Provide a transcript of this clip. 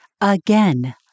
Again